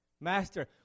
Master